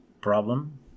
problem